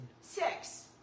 Six